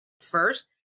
first